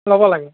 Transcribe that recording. ল'ব লাগে